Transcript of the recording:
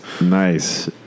Nice